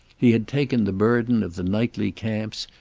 he had taken the burden of the nightly camps,